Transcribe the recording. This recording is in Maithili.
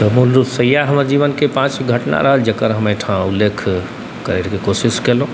तऽ मूलरूपसँ इएह हमर जीवनके पाँच घटना रहल जकर हम एहिठाम उल्लेख करैके कोशिश केलहुँ